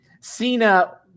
cena